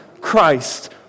Christ